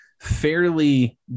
fairly